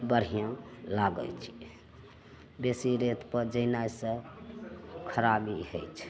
बढ़िआँ लागय छै बेसी रेतपर जेनाइसँ खराबी होइ छै